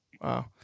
wow